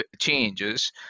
changes